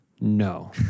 No